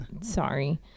sorry